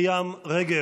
אני, מירי מרים רגב,